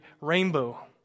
rainbow